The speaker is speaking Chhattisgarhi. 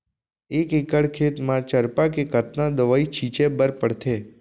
एक एकड़ खेत म चरपा के कतना दवई छिंचे बर पड़थे?